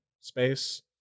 space